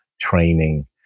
training